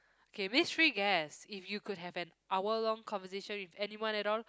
okay make three guests if you could have an hour long conversation with anyone at all